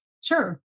Sure